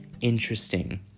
interesting